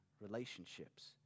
relationships